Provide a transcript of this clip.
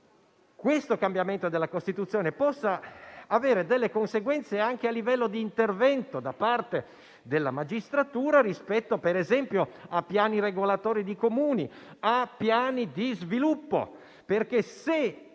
che il cambiamento della Costituzione possa avere delle conseguenze anche a livello di intervento da parte della magistratura rispetto - per esempio - a piani regolatori di Comuni, a piani di sviluppo. Se si